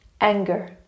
anger